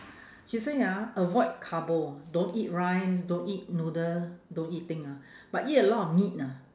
she say ah avoid carbo don't eat rice don't eat noodle don't eat thing ah but eat a lot of meat ah